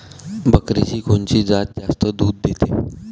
बकरीची कोनची जात जास्त दूध देते?